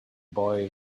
boy